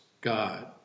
God